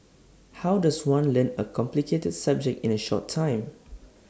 how does one learn A complicated subject in A short time